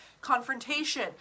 confrontation